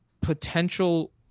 potential